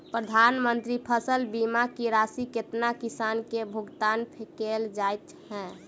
प्रधानमंत्री फसल बीमा की राशि केतना किसान केँ भुगतान केल जाइत है?